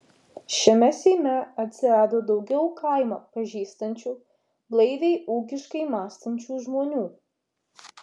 šiame seime atsirado daugiau kaimą pažįstančių blaiviai ūkiškai mąstančių žmonių